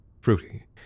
fruity